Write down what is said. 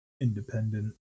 independent